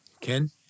Ken